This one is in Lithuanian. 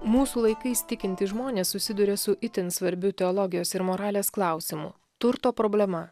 mūsų laikais tikintys žmonės susiduria su itin svarbiu teologijos ir moralės klausimu turto problema